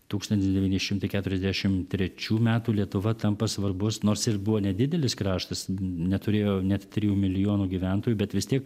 tūkstantis devyni šimtai keturiasdešimt trečių metų lietuva tampa svarbus nors ir buvo nedidelis kraštas neturėjo net trijų milijonų gyventojų bet vis tiek